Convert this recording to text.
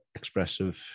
expressive